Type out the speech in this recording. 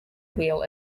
wheel